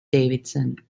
davidson